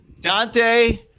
Dante